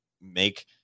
make